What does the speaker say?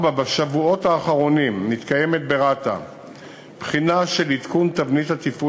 4. בשבועות האחרונים מתקיימת ברת"א בחינה של עדכון תבנית התפעול